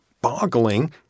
boggling